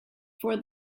for